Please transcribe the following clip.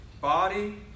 body